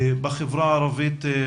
בחברה הערבית,